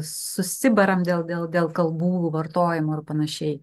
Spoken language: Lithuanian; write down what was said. susibaram dėl dėl kalbų vartojimo ir panašiai